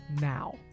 now